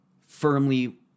firmly